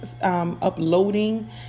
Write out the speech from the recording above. uploading